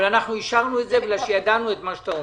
אבל אנחנו אישרנו את זה בגלל שידענו את מה שאתה אומר.